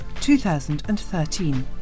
2013